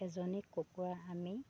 এজনী কুকুৰা আমি